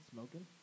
Smoking